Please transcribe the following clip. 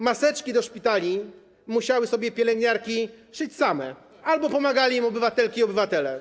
Maseczki do szpitali musiały sobie pielęgniarki szyć same albo pomagali im obywatelki i obywatele.